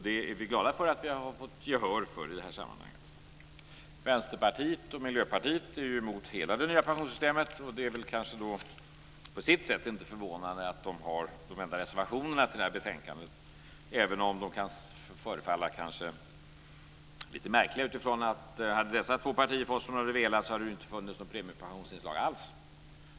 Vi är glada för att vi har fått gehör för det. Vänsterpartiet och Miljöpartiet är ju emot hela det nya pensionssytemet, så det är på sitt sätt inte förvånande att de har de enda reservationerna till detta betänkande, även om de kan förefalla lite märkliga. Hade dessa två partier fått som de hade velat hade det inte funnits något premiepensionsinslag alls.